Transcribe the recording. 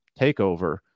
takeover